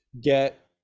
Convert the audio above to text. get